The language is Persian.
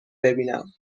ببینم